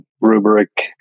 rubric